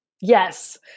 Yes